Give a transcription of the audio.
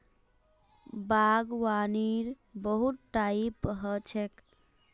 बागवानीर बहुत टाइप ह छेक